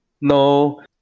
No